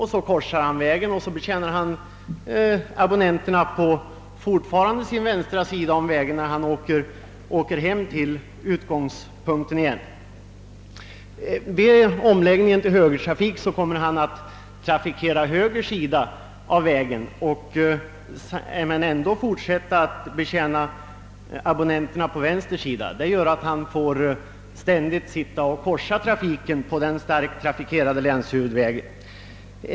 Han korsar sedan vägen och betjänar fortfarande abonnenterna på vänster sida om vägen — räknat i den omvända färdriktningen — när han färdas mot utgångspunkten. Vid omläggningen till högertrafik kommer han att trafikera höger sida av vägen men ändå fortsätta att betjäna abonnenterna på vänster sida. Det gör att han ständigt får korsa trafiken på starkt trafikerade länshuvudvägar.